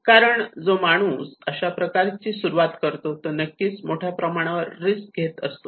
कारण जो माणूस अशा प्रकारचे सुरुवात करतो तो नक्कीच मोठ्या प्रमाणावर रिस्क घेत असतो